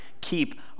keep